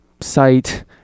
site